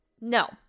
no